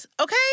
okay